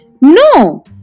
No